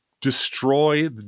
destroy